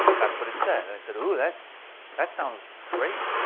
that's what it said. and i said, ooh, that that sounds great.